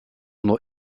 nur